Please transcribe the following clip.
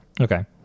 okay